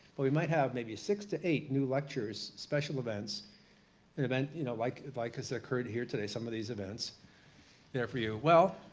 but we might have maybe six to eight new lectures, special events, an event you know like has has occurred here today. some of these events there for you. well,